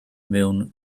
mewn